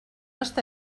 està